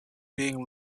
being